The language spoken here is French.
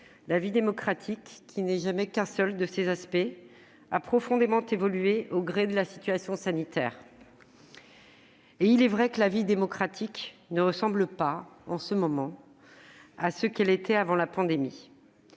La vie démocratique, qui n'est jamais qu'un seul de ces aspects, a profondément évolué au gré de la situation sanitaire. Il est vrai que, en ce moment, la vie démocratique ne ressemble pas à ce qu'elle était avant la pandémie.